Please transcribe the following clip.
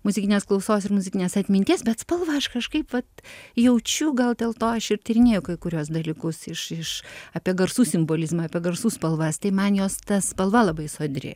muzikinės klausos ir muzikinės atminties bet spalvą aš kažkaip vat jaučiu gal dėl to aš ir tyrinėju kai kuriuos dalykus iš iš apie garsų simbolizmą apie garsų spalvas tai man jos ta spalva labai sodri